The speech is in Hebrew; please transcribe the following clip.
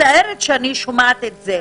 מצטערת שאני שומעת את זה.